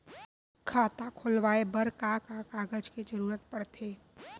खाता खोलवाये बर का का कागज के जरूरत पड़थे?